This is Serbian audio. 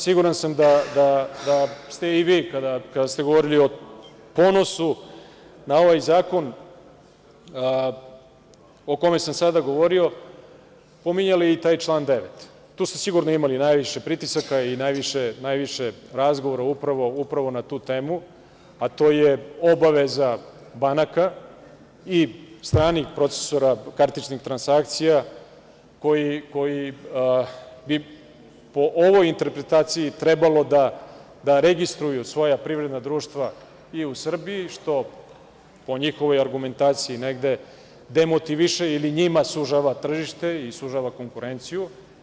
Siguran sam da ste i vi, kada ste govorili o ponosu na ovaj zakon o kome sam sada govorio, pominjali i taj član 9. Tu ste sigurno imali najviše pritisaka i najviše razgovora upravo na tu temu, a to je obaveza banaka i stranih procesora kartičnih transakcija koji bi po ovoj interpretaciji trebalo da registruju svoja privredna društva i u Srbiji, što po njihovoj argumentaciji negde demotiviše ili njima sužava tržište ili sužava konkurenciju.